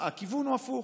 הכיוון הוא הפוך,